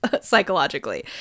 psychologically